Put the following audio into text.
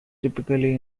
typically